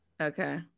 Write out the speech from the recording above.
Okay